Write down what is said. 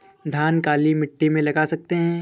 धान काली मिट्टी में लगा सकते हैं?